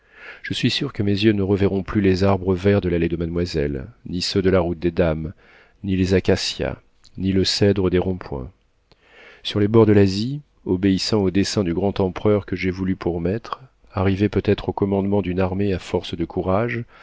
je suis sûr que mes yeux ne reverront plus les arbres verts de l'allée de mademoiselle ni ceux de la route des dames ni les acacias ni le cèdre des ronds-points sur les bords de l'asie obéissant aux desseins du grand empereur que j'ai voulu pour maître arriver peut-être au commandement d'une armée à force de courage